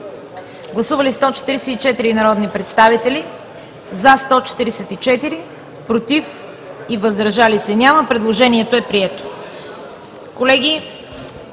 Гласували 141 народни представители: за 55, против 9, въздържали се 77. Предложението не е прието.